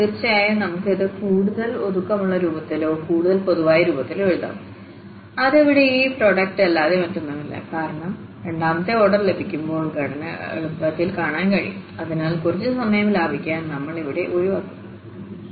തീർച്ചയായും നമുക്ക് ഇത് കൂടുതൽ ഒതുക്കമുള്ള രൂപത്തിലോ കൂടുതൽ പൊതുവായ രൂപത്തിലോ എഴുതാം അത് ഇവിടെ ഈ പ്രോഡക്റ്റ്ല്ലാതെ മറ്റൊന്നുമല്ല കാരണം രണ്ടാമത്തെ ഓർഡർ ലഭിക്കുമ്പോൾ ഘടന എളുപ്പത്തിൽ കാണാൻ കഴിയും അതിനാൽ കുറച്ച് സമയം ലാഭിക്കാൻ നമ്മൾ ഇവിടെ ഒഴിവാക്കുന്നു